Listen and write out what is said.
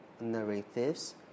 narratives